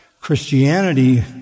Christianity